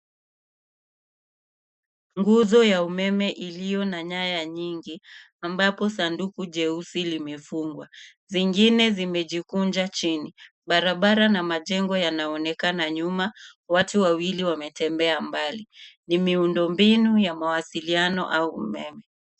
Nguzo ya umeme yenye nyaya nyingi, ikiwa na maboksi mawili ya chuma yaliyofungwa. Baadhi ya nyaya zimejikunja chini. Nyuma yake kuna barabara na majengo yanayoonekana, na mbali watu wawili wanatembea. Hii ni miundombinu ya mawasiliano au umeme.